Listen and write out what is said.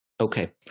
Okay